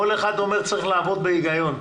כל אחד אומר שצריך לעבוד בהיגיון,